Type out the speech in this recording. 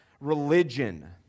religion